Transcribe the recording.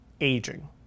aging